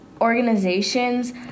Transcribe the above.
organizations